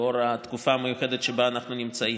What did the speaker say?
לאור התקופה המיוחדת שבה אנחנו נמצאים.